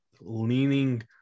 leaning